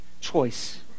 choice